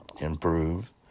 improve